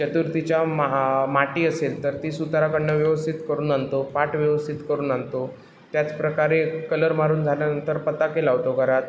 चतुर्थीच्या महा माटी असेल तर ती सुताराकडून व्यवस्थित करून आणतो पाट व्यवस्थित करून आणतो त्याचप्रकारे कलर मारून झाल्यानंतर पताके लावतो घरात